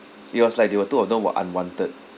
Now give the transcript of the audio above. it was like they were two of them were unwanted